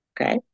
okay